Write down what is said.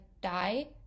die